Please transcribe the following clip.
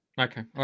Okay